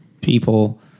people